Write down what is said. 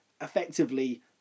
effectively